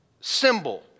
symbol